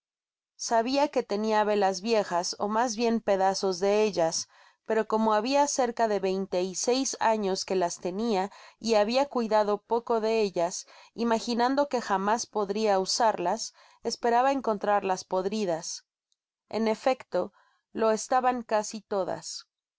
sabia que tenia velas viejas mas bien pedazos de ellas pero como habia cerca de veinte y seis años qae las tenia y habia cuidado poco de ellas imaginando que jamás podria usarlas esperaba encontrarlas podridas en efecto lo estaban casi todas